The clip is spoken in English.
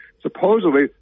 supposedly